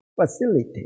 facilitate